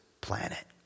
planet